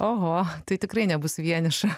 oho tai tikrai nebus vieniša